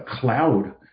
cloud